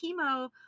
chemo